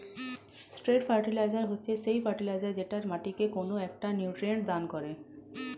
straight fertiliser হচ্ছে সেই fertiliser যেটা মাটিকে কোনো একটা নিউট্রিয়েন্ট দান করে